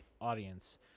audience